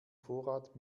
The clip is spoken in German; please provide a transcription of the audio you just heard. vorrat